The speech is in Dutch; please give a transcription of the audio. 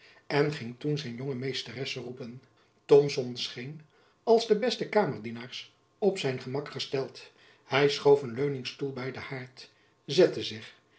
en ging toen zijn jonge meesteresse roepen thomson scheen als de meeste kamerdienaars op zijn gemak gesteld hy schoof een leuningstoel by den haard zette zich